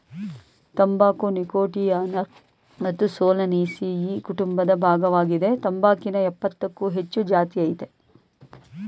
ತಂಬಾಕು ನೀಕೋಟಿಯಾನಾ ಮತ್ತು ಸೊಲನೇಸಿಯಿ ಕುಟುಂಬದ ಭಾಗ್ವಾಗಿದೆ ತಂಬಾಕಿನ ಯಪ್ಪತ್ತಕ್ಕೂ ಹೆಚ್ಚು ಜಾತಿಅಯ್ತೆ